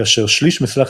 כאשר שליש מסך